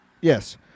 Yes